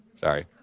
Sorry